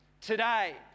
today